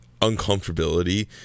uncomfortability